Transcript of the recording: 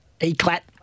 Eclat